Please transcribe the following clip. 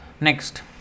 Next